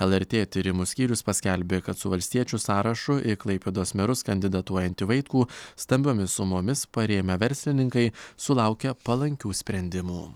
lrt tyrimų skyrius paskelbė kad su valstiečių sąrašu į klaipėdos merus kandidatuojantį vaitkų stambiomis sumomis parėmę verslininkai sulaukia palankių sprendimų